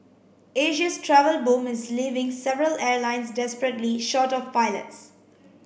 Asia's travel boom is leaving several airlines desperately short of pilots